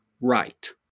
right